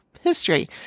history